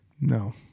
no